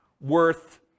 worth